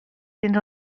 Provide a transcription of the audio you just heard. fins